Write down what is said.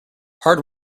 hard